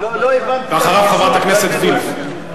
אחריו, חברת הכנסת וילף.